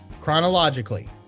chronologically